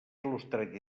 il·lustrat